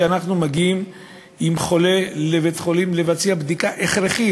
אנחנו מגיעים עם חולה לבית-חולים לבצע בדיקה הכרחית,